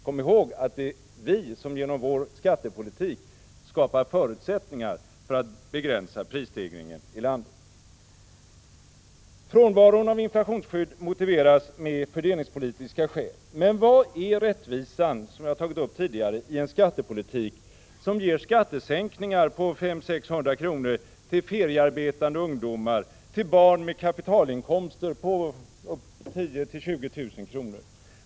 Kom ihåg att det är vi som genom vår skattepolitik skapar förutsättningar för att begränsa prisstegringen i landet. Frånvaron av inflationsskydd motiveras med fördelningspolitiska skäl. Men vad är rättvisan — jag har tagit upp detta tidigare —i en skattepolitik som ger skattesänkningar på 500-600 kr. för feriearbetande ungdomar, för barn med kapitalinkomster på 10 000-20 000 kr.?